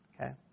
Okay